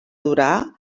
dura